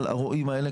על הרועים האלה,